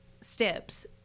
steps